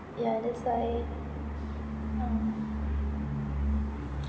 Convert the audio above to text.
ya that's why ah